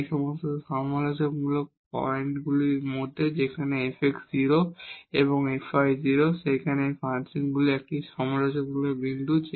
তাই এই সমস্ত ক্রিটিকাল পয়েন্ট গুলির মধ্যে যেখানে fx 0 এবং fy 0 ফাংশনগুলি একটি ক্রিটিকাল পয়েন্ট থাকবে